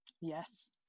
Yes